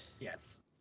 Yes